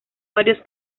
varios